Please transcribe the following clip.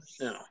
no